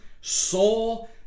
soul